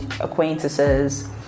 acquaintances